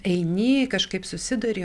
eini kažkaip susiduri